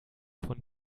von